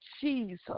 Jesus